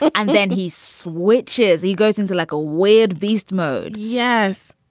and then he switches. he goes into like a weird beast mode yes.